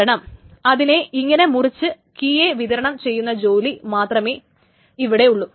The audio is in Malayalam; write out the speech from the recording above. കാരണം അതിനെ ഇങ്ങനെ മുറിച്ച് കീയെ വിതരണം ചെയ്യുന്ന ജോലി മാത്രമേ ഇവിടെയുള്ളൂ